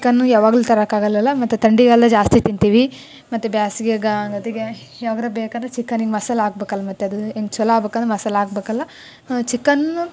chicken ಯಾವಾಗ್ಲೂ ತರೋಕ್ ಆಗೋಲಲ್ಲ ಮತ್ತು ಥಂಡಿಗೆಲ್ಲ ಜಾಸ್ತಿ ತಿಂತೀವಿ ಮತ್ತು ಬೇಸಿಗೆಗಾಗೊತ್ತಿಗೆ ಯಾವಗರ ಬೇಕಂದ್ರೆ ಚಿಕನ್ನಿಗೆ ಮಸಾಲ ಹಾಕ್ಬೇಕಲ್ ಮತ್ತು ಅದು ಇನ್ನು ಚಲೋ ಆಗ್ಬೇಕಂದ್ರ್ ಮಸಾಲ ಹಾಕ್ಬೇಕಲ್ಲ ಚಿಕನ್ನು